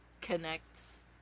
connects